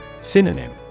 Synonym